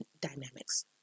dynamics